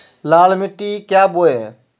लाल मिट्टी क्या बोए?